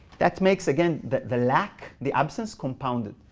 that makes again the the lack, the absence compounded.